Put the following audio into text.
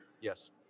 Yes